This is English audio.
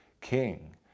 king